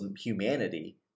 humanity